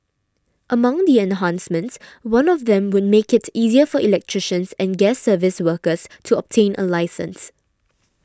among the enhancements one of them would make it easier for electricians and gas service workers to obtain a licence